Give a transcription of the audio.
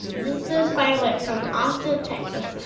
this is violet from austin, texas.